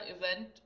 event